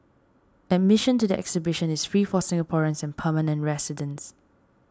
admission to the exhibition is free for Singaporeans and permanent residents